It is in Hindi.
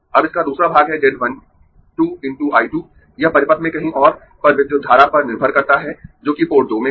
अब इसका दूसरा भाग है z 1 2 × I 2 यह परिपथ में कहीं और पर विद्युत धारा पर निर्भर करता है जो कि पोर्ट 2 में है